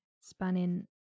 spanning